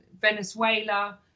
Venezuela